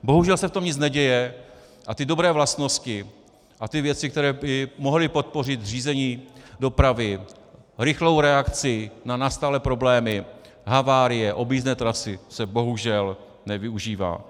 Bohužel se v tom nic neděje a ty dobré vlastnosti a ty věci, které by mohly podpořit řízení dopravy, rychlou reakci na nastalé problémy, havárie, objízdné trasy, se bohužel nevyužívají.